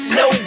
no